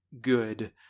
good